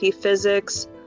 Physics